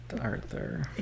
arthur